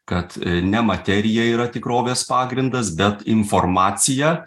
kad ne materija yra tikrovės pagrindas bet informacija